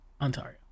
Ontario